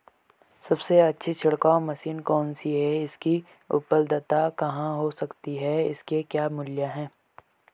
सबसे अच्छी छिड़काव मशीन कौन सी है इसकी उपलधता कहाँ हो सकती है इसके क्या मूल्य हैं?